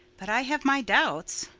but i have my doubts.